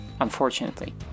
unfortunately